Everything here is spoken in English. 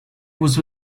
was